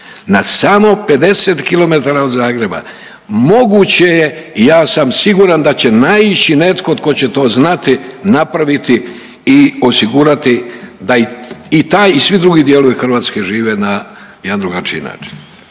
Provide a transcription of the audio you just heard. na samo 50 kilometara od Zagreba. Moguće je i ja sam siguran da će naići netko tko će to znati napraviti i osigurati da i taj i svi drugi dijelovi Hrvatske žive na jedan drugačiji način.